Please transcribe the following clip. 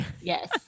Yes